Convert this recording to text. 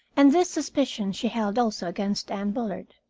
and this suspicion she held also against anne bullard.